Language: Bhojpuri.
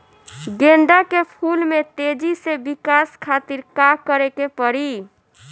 गेंदा के फूल में तेजी से विकास खातिर का करे के पड़ी?